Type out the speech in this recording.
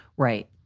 right?